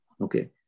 Okay